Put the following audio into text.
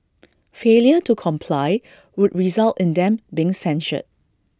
failure to comply would result in them being censured